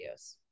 videos